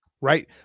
right